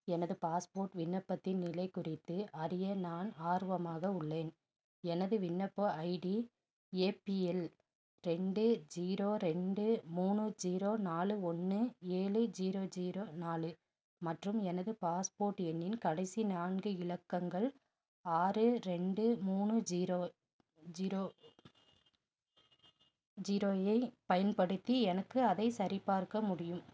எனது பாஸ்போர்ட் விண்ணப்பத்தின் நிலை குறித்து அறிய நான் ஆர்வமாக உள்ளேன் எனது விண்ணப்ப ஐடி ஏ பி எல் ரெண்டு ஜீரோ ரெண்டு மூணு ஜீரோ நாலு ஒன்று ஏழு ஜீரோ ஜீரோ நாலு மற்றும் எனது பாஸ்போர்ட் எண்ணின் கடைசி நான்கு இலக்கங்கள் ஆறு ரெண்டு மூணு ஜீரோ ஜீரோ ஜீரோவை பயன்படுத்தி எனக்கு அதை சரிபார்க்க முடியும்